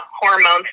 hormones